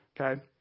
okay